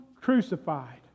crucified